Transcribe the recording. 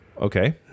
Okay